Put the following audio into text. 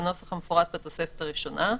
בנוסח המפורט בתוספת הראשונה.